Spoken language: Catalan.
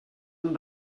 amb